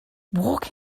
walk